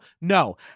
no